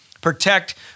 protect